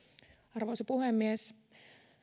arvoisa puhemies